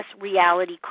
reality